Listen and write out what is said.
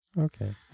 Okay